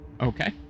Okay